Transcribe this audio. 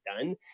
done